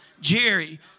Jerry